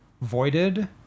voided